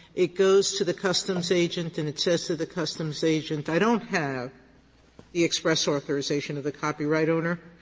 it goes to the customs agent and it says to the customs agent i don't have the express authorization of the copyright owner,